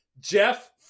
Jeff